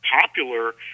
popular